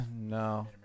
No